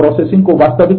तीसरा वी